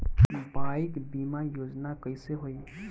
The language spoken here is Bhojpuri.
बाईक बीमा योजना कैसे होई?